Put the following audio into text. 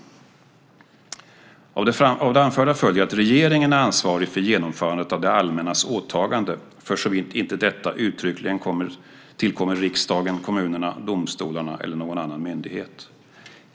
"Av det anförda följer att regeringen är ansvarig för genomförandet av det allmännas åtagande försåvitt inte detta uttryckligen tillkommer riksdagen, kommunerna, domstolarna eller någon annan myndighet.